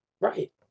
Right